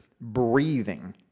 breathing